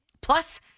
Plus